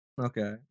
Okay